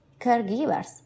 caregivers